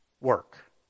work